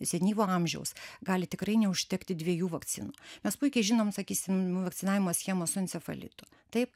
senyvo amžiaus gali tikrai neužtekti dviejų vakcinų mes puikiai žinom sakysim vakcinavimo schemą su encefalitu taip